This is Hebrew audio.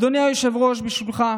אדוני היושב-ראש, ברשותך,